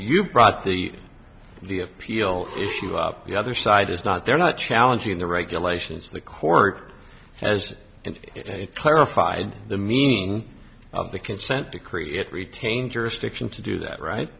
you brought the the appeal issue up the other side is not there not challenging the regulations the court has clarified the meaning of the consent decree yet retain jurisdiction to do that right